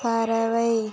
பறவை